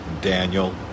Daniel